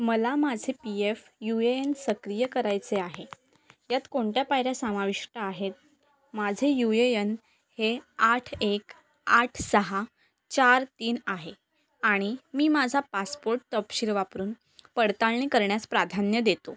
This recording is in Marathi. मला माझे P F U A N सक्रिय करायचे आहे यात कोणत्या पायऱ्या समाविष्ट आहेत माझे यू ए एन हे आठ एक आठ सहा चार तीन आहे आणि मी माझा पासपोर्ट तपशील वापरून पडताळणी करण्यास प्राधान्य देतो